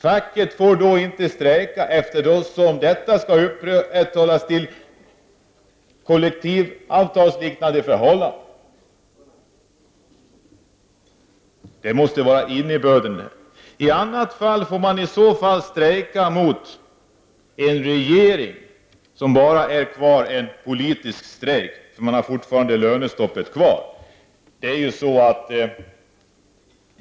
Facket får då inte strejka, eftersom det skulle anses råda kollektivavtalsliknande förhållanden. Det måste vara innebörden. I annat fall får man strejka mot en regering. Då är det bara en politisk strejk, och man har fortfarande lönestoppet kvar.